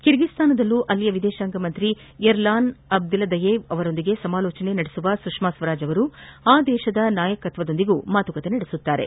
ಕಿರ್ಗಿಸ್ತಾನ್ನಲ್ಲೂ ಅಲ್ಲಿನ ವಿದೇಶಾಂಗ ಸಚಿವ ಎರ್ಲಾನ್ ಅಬ್ದಿಲ್ದಯೇವ್ ಅವರೊಂದಿಗೆ ಸಮಾಲೋಚನೆ ನಡೆಸಲಿರುವ ಸುಷ್ಮಾ ಸ್ವರಾಜ್ ಅವರು ಆದೇಶದ ನಾಯಕತ್ವದೊಂದಿದೆ ಮಾತುಕತೆ ನಡೆಸಲಿದ್ದಾರೆ